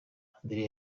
andreas